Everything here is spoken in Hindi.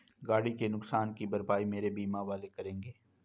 गाड़ी के नुकसान की भरपाई मेरे बीमा वाले करेंगे